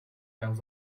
peus